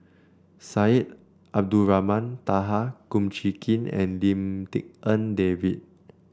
Syed Abdulrahman Taha Kum Chee Kin and Lim Tik En David